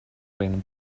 lin